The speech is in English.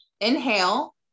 inhale